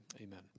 Amen